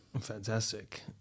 Fantastic